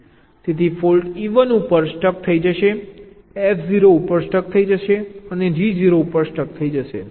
તેથી fault E 1 ઉપર stuck થઈ જશે F 0 ઉપર સ્ટક થઈ જશે અને G 0 ઉપર સ્ટક થઈ જશે